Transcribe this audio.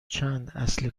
چند، اصل